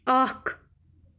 اَکھ